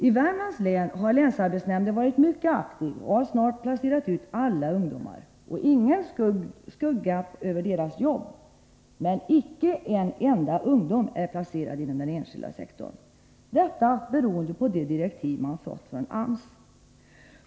I Värmlands län har länsarbetsnämnden varit mycket aktiv — ingen skugga över dess jobb. Man har snart placerat ut alla ungdomar, men icke en enda ungdom är placerad inom den enskilda sektorn; detta beroende på de direktiv man fått från AMS.